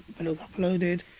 but it was uploaded.